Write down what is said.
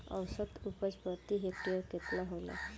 औसत उपज प्रति हेक्टेयर केतना होला?